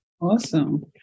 Awesome